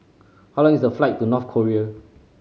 how long is the flight to North Korea